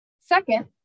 Second